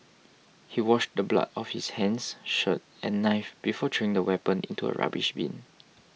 he washed the blood off his hands shirt and knife before throwing the weapon into a rubbish bin